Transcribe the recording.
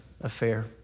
affair